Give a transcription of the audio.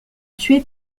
tué